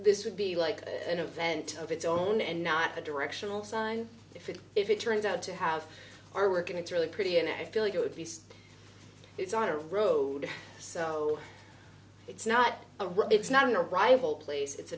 this would be like an event of its own and not a directional sign if it if it turns out to have our work and it's really pretty and i feel it would be it's not a road so it's not a road it's not an arrival place it's